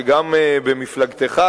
שגם במפלגתך,